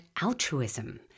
altruism